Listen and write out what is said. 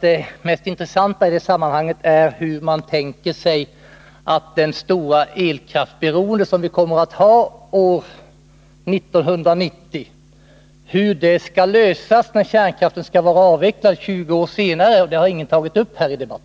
Det mest intressanta i detta sammanhang är hur man tänker lösa problemet med det stora elkraftsberoende som vi kommer att ha är 1990 när kärnkraften skall vara avvecklad 20 år senare. Detta har ingen tagit upp här i debatten.